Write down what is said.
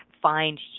find